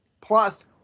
plus